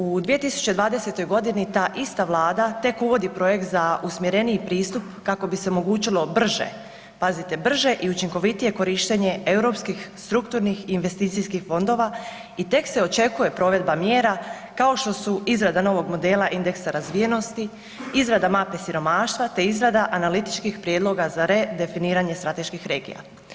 U 2020. godini ta ista Vlada tek uvodi projekt za usmjereniji pristup kako bi se omogućilo brže, pazite brže i učinkovitije korištenje europskih strukturnih investicijskih fondova i tek se očekuje provedba mjera kao što su izrada novog modela indeksa razvijenosti, izrada mape siromaštva te izrada analitičkih prijedloga za redefiniranje strateških regija.